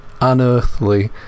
unearthly